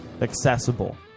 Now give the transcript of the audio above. accessible